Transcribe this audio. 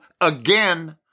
again